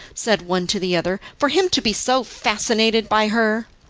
said one to the other, for him to be so fascinated by her?